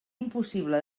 impossible